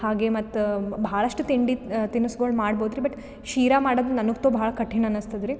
ಹಾಗೆ ಮತ್ತು ಭಾಳಷ್ಟು ತಿಂಡಿ ತಿನಿಸ್ಗಳ ಮಾಡ್ಬೌದ್ರಿ ಬಟ್ ಶೀರ ಮಾಡೋದ್ ನನಗ್ತು ಭಾಳ ಕಠಿಣ್ ಅನಿಸ್ತದ್ರಿ